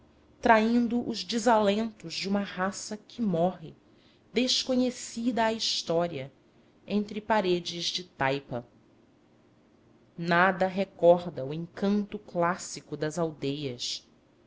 traindo os desalentos de uma raça que morre desconhecida à história entre paredes de taipa nada recorda o encanto clássico das aldeias